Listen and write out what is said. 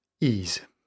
Ease